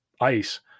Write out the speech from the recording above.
ice